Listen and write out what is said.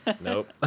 Nope